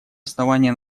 основания